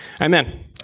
Amen